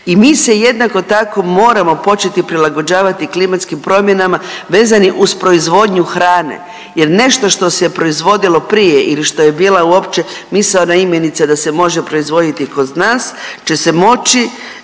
I mi se jednako tako moramo početi prilagođavati klimatskim promjenama vezani uz proizvodnju hrane, jer nešto što se proizvodilo prije ili što je bila uopće misaona imenica da se može proizvoditi kod nas će se moći,